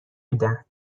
میدن